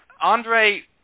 Andre